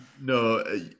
No